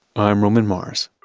i'm roman mars